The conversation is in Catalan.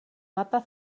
mapa